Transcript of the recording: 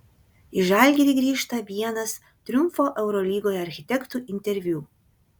į žalgirį grįžta vienas triumfo eurolygoje architektų interviu